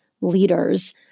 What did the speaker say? leaders